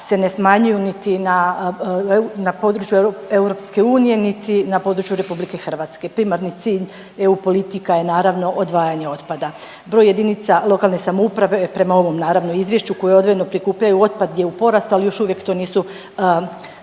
se ne smanjuju niti na, na području EU, niti na području RH. Primarni cilj EU politika je naravno odvajanje otpada. Broj JLS, prema ovom naravno izvješću, koje odvojeno prikupljaju otpad je u porastu, ali još uvijek to nisu